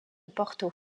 porto